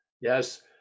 yes